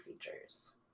features